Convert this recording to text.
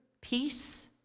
peace